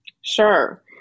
Sure